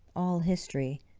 all history,